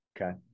Okay